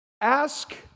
Ask